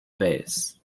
base